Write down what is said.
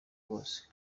bwose